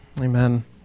Amen